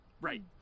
Right